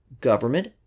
government